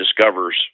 discovers